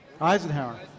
Eisenhower